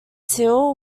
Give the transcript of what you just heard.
til